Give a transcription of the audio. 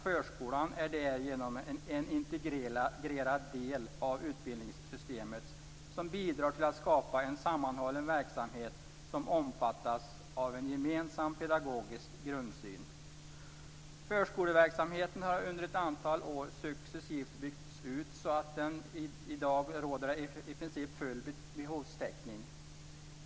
Förskolan är därigenom en integrerad del av utbildningssystemet, som bidrar till att skapa en sammanhållen verksamhet som omfattas av en gemensam pedagogisk grundsyn. Förskoleverksamheten har under ett antal år successivt byggts ut, så att det i dag råder i princip full behovstäckning.